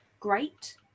great